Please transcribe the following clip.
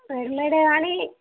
రెడీమేడే కానీ